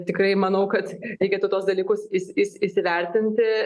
tikrai manau kad reikėtų tuos dalykus is is įsivertinti